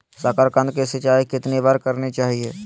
साकारकंद की सिंचाई कितनी बार करनी चाहिए?